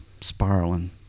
spiraling